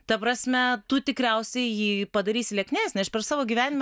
ta prasme tu tikriausiai jį padarysi lieknesnį aš per savo gyvenimą